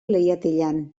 leihatilan